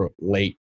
late